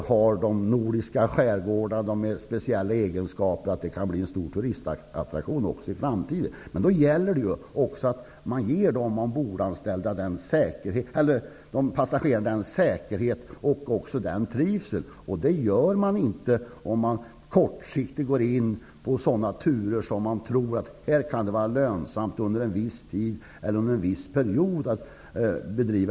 De nordiska skärgårdarna har speciella egenskaper, och de kan även i framtiden bli en stor turistattraktion. Det gäller då att man ger passagerarna säkerhet och trivsel. Det gör man inte om man kortsiktigt går in i verksamheten därför att man tror att det kan vara lönsamt att under en viss tid bedriva färjetrafik på vissa turer.